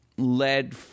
led